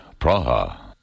Praha